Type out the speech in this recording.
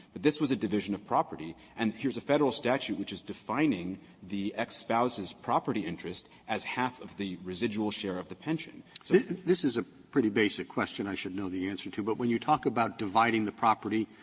this was a division of property, and here's a federal statute which is defining the ex-spouse's property interest as half of the residual share of the pension. so roberts this this is a pretty basic question i should know the answer to, but when you talk about dividing the property,